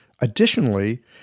Additionally